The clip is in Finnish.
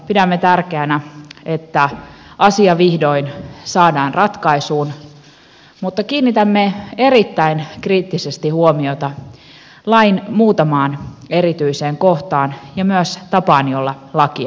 pidämme tärkeänä että asia vihdoin saadaan ratkaisuun mutta kiinnitämme erittäin kriittisesti huomiota lain muutamaan erityiseen kohtaan ja myös tapaan jolla lakia on valmisteltu